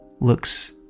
looks